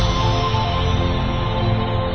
oh